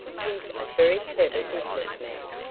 he's a very clever business man.